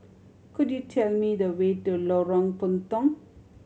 could you tell me the way to Lorong Puntong